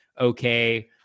okay